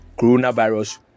coronavirus